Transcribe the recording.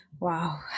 wow